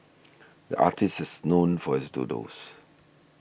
the artist is known for his doodles